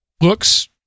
looks